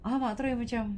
lepas tu aku macam